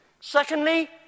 Secondly